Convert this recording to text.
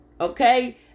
Okay